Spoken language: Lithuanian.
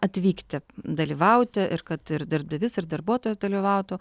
atvykti dalyvauti ir kad ir darbdavys ir darbuotojas dalyvautų